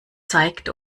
zeigt